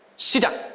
shoot! ah